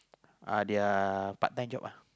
uh their part-time job ah